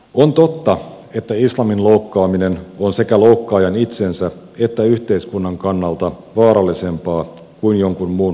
on totta että islamin loukkaaminen on sekä loukkaajan itsensä että yhteiskunnan kannalta vaarallisempaa kuin jonkun muun uskonnon loukkaaminen